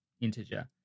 integer